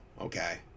okay